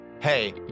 Hey